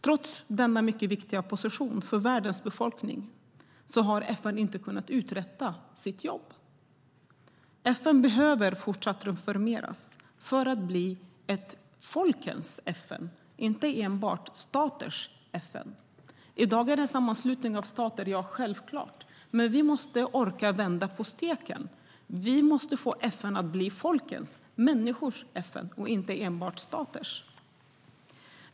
Trots denna mycket viktiga position för världens befolkning har FN inte kunnat uträtta sitt jobb. FN behöver fortsatt reformeras för att bli ett folkens FN, inte enbart staters FN. Självklart är det en sammanslutning av stater i dag, men vi måste orka vända på steken. Vi måste få FN att bli folkens, människors, FN och inte enbart staters.